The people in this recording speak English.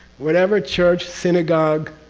whatever church, synagogue,